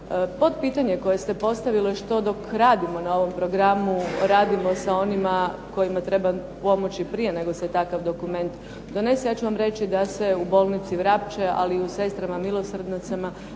Potpitanje koje se postavili, što dok radimo na ovom programu? Radimo sa onima kojima treba pomoći prije nego se takav dokument donese. Ja ću vam reći da se u bolnici Vrapče, ali i u Sestrama milosrdnicama